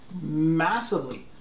massively